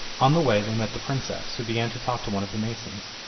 on the way they met the princess, who began to talk to one of the masons,